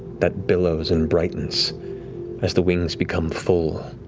that billows and brightens as the wings become full,